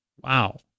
Wow